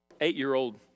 eight-year-old